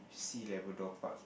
see Labrador Park